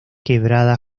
quebrada